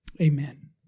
Amen